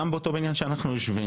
גם באותו הבניין בו אנחנו יושבים,